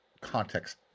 context